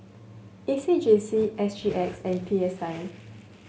A C J C S G X and P S I